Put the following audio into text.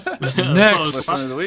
Next